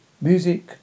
music